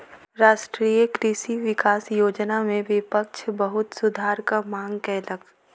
राष्ट्रीय कृषि विकास योजना में विपक्ष बहुत सुधारक मांग कयलक